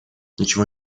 ничего